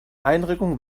einrückung